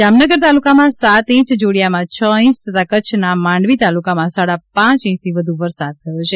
જામનગર તાલુકામાં સાત ઇંચ જોડીયામાં છ ઇંચ તથા કચ્છના માંડવી તાલુકામાં સાડા પાંચ ઇંચથી વધુ વરસાદ થયો છે